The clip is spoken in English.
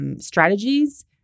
Strategies